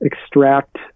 extract